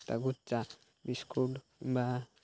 ତାକୁ ଚା ବିସ୍କୁଟ କିମ୍ବା